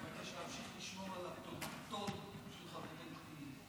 אני מבקש להמשיך לשמור על הטון של חברי חילי.